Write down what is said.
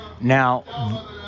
Now